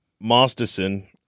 Masterson